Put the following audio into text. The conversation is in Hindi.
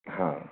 हाँ